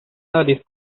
nariz